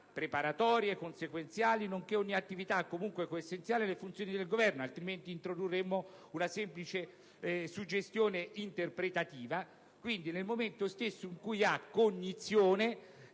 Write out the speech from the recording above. preparatorie e consequenziali, nonché ogni attività comunque coessenziale alle funzioni del Governo. Diversamente, introdurremmo una semplice suggestione interpretativa. Quindi, nel momento stesso in cui si ha cognizione